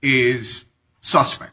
is suspect